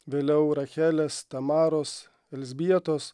vėliau rachelės tamaros elzbietos